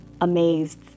amazed